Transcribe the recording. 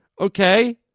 okay